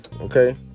Okay